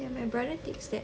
eh my brother takes that